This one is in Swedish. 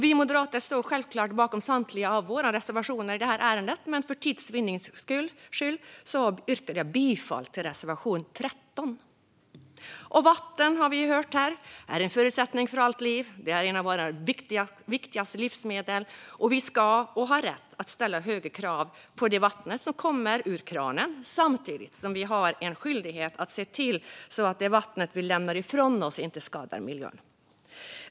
Vi moderater står självklart bakom samtliga våra reservationer, men för tids vinnande yrkar jag bifall endast till reservation 13. Vatten är en förutsättning för allt liv. Det är ett av våra viktigaste livsmedel. Och vi ska och har rätt att ställa höga krav på det vatten som kommer ur kranen, samtidigt som vi har en skyldighet att se till så att det vatten vi lämnar ifrån oss inte skadar vår miljö.